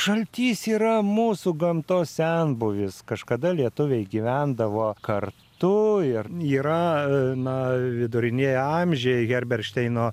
žaltys yra mūsų gamtos senbuvis kažkada lietuviai gyvendavo kartu ir yra na vidurinieji amžiai herberšteino